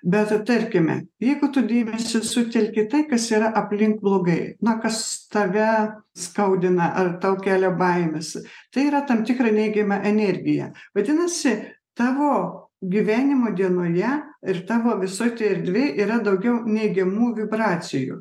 bet tarkime jeigu tu dėmesį sutelki į tai kas yra aplink blogai na kas tave skaudina ar tau kelia baimes tai yra tam tikrą neigiamą energiją vadinasi tavo gyvenimo dienoje ir tavo visoj toj erdvėj yra daugiau neigiamų vibracijų